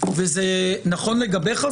וזה נכון גם לגביך,